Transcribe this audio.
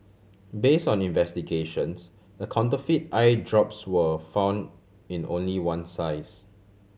base on investigations the counterfeit eye drops were found in only one size